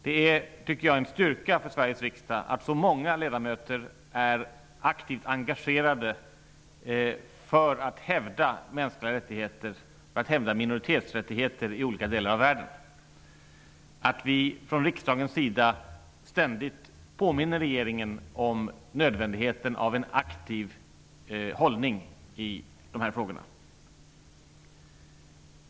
Det är en styrka för Sveriges riksdag att så många ledamöter är aktivt engagerade för att hävda mänskliga rättigheter och minoritetsrättigheter i olika delar av världen och att vi från riksdagens sida ständigt påminner regeringen om nödvändigheten av en aktiv hållning i dessa frågor.